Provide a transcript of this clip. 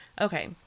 Okay